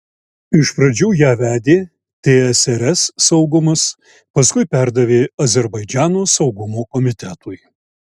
iš pradžių ją vedė tsrs saugumas paskui perdavė azerbaidžano saugumo komitetui